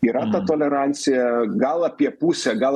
yra ta tolerancija gal apie pusę gal